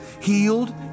healed